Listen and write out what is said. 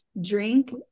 drink